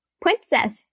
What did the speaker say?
Princess